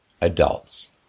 adults